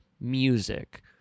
Music